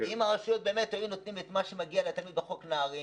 אם הרשויות באמת היו נותנות לתלמיד את מה שמגיע בחוק נהרי,